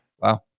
Wow